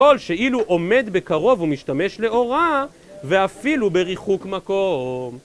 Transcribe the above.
כל שאילו עומד בקרוב הוא משתמש לאורה ואפילו בריחוק מקום